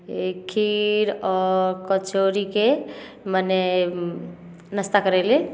खीर आओर कचौड़ीके मने नास्ता करेली